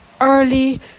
early